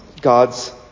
God's